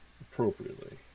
appropriately